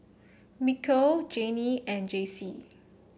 Mikal Jayne and Jaycee